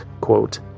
quote